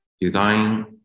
design